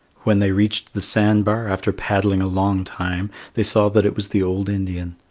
when they reached the sand-bar after paddling a long time they saw that it was the old indian.